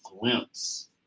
glimpse